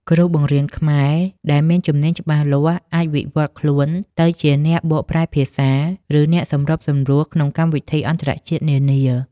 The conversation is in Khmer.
គ្រូបង្រៀនខ្មែរដែលមានជំនាញច្បាស់លាស់អាចវិវត្តខ្លួនទៅជាអ្នកបកប្រែភាសា ឬអ្នកសម្របសម្រួលក្នុងកម្មវិធីអន្តរជាតិនានា។